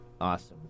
Awesome